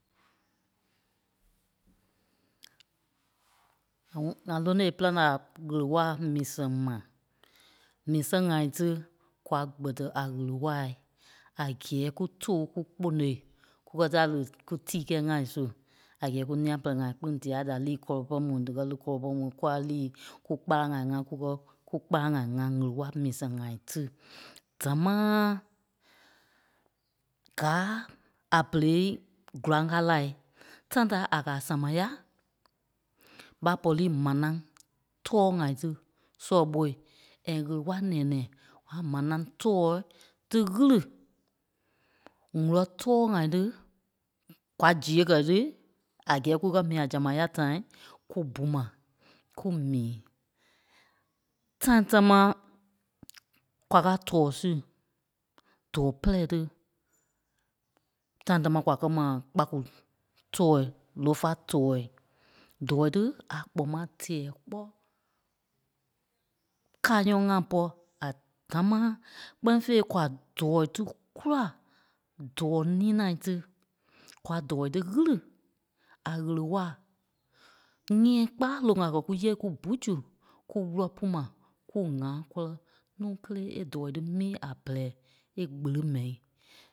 ŋa ŋɔ- ŋa lónoi e pîlaŋ la ɣele-wala mii sɛŋ mai. Mii sɛŋ ŋai tí kwa kpɛ́tɛ a ɣele-waai a gɛɛ kú tòo kúkponôi kukɛ tela li kútii kɛ́ɛ ŋai su a gɛɛ kú nia-pɛlɛɛ-ŋai kpîŋ dîa da li kɔlɔi pɔrɔŋ mu dí kɛ́ li kɔlɔi pɔrɔŋ mu kúa liî kúkpalaŋ ŋai ŋa kùkɛ kukpalaŋ-ŋai ŋa ŋèle-wala mii sɛŋ-ŋai tí. Dámaaa gàa a berêi góraŋ kaa la. Tãi da a ka sama-ya ɓa pɔ̂ri manai tɔɔ-ŋai tí sɔ́ɔ-ɓoi and ɣele-wala nɛ̃ɛ-nɛ̃ɛ kwa manai tɔ́ɔ tí ɣili wúlɔ tɔɔ-ŋai tí kúa zeêi kɛ́ tí a gɛɛ kukɛ mii a zama ya tãi kú bú mai kú mii. Tãi támaa kwa káa tɔ́ɔ si, dɔɔ pɛlɛɛ tí. Tãi támaa kwa kɛ́ mai kpako tɔ̂ɔ Lofa tɔɔ. Dɔ̀ɔ tí a kpɔŋ mâa tɛɛ kpɔ́ kayɔ̂ŋ ŋai pɔ́ a dámaa kpɛ́ni fêi kwa dɔɔ tí kùla dɔɔ nina tí kwa dɔɔ tí ɣiri a ɣéle-waai. Nyɛ̃ɛ kpala loŋ a kɛ́ kúyee ku bú zu kúwulɔ pú mai kú ŋa kɔlɛ nuu kélee é dɔɔ tí mii a bɛlɛɛ é kpele mɛ́i.